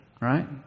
Right